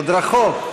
עוד רחוק.